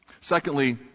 Secondly